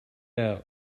out